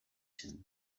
zen